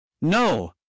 No